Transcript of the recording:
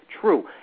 true